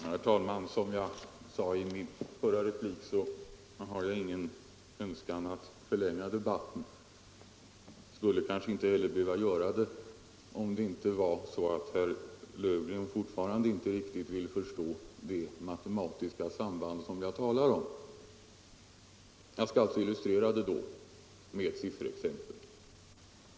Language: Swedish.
Herr talman! Som jag sade i min förra replik har jag ingen önskan att förlänga debatten. Jag skulle kanske inte heller behöva göra det, om det inte var så att herr Löfgren fortfarande inte riktigt vill förstå det matematiska samband som jag talar om. Jag skall därför illustrera det med ett sifferexempel.